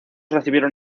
recibieron